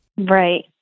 Right